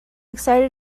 excited